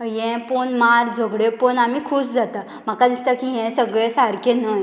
हें पळोवन मार झगड्यो पळोवन आमी खूश जाता म्हाका दिसता की हें सगळें सारकें न्हय